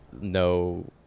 no